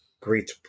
great